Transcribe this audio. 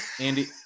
Andy